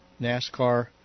NASCAR